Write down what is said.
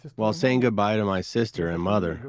while saying goodbye to my sister and mother,